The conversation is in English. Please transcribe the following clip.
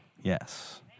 Yes